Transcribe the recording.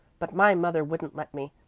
but my mother wouldn't let me,